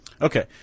Okay